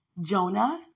Jonah